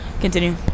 continue